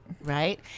Right